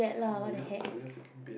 oh my ear my ear freaking pain